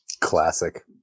Classic